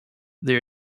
they